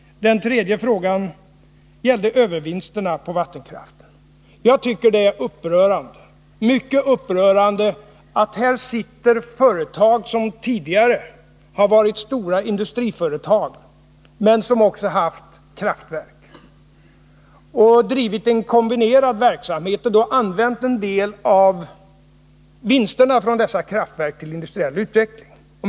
Den tredje frågan gäller övervinsterna på vattenkraft. Jag tycker det är mycket upprörande att här finns företag som tidigare har varit stora industriföretag men som också haft kraftverk och drivit en kombinerad verksamhet och då använt en del av vinsterna från kraftverken till industriell utveckling.